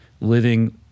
living